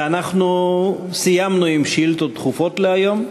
ואנחנו סיימנו עם שאילתות דחופות להיום.